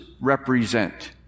represent